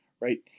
right